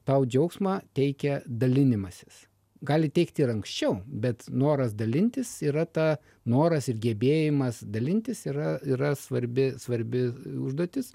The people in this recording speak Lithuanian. tau džiaugsmą teikia dalinimasis gali teikti ir anksčiau bet noras dalintis yra ta noras ir gebėjimas dalintis yra yra svarbi svarbi užduotis